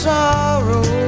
sorrow